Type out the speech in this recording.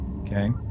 okay